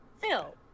Phil